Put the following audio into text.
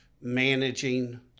managing